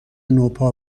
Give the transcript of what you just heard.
نوپا